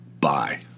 Bye